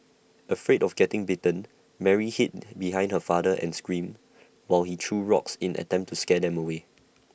afraid of getting bitten Mary hid behind her father and screamed while he threw rocks in attempt to scare them away